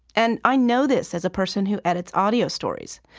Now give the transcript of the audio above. and i know this as a person who edits audio stories.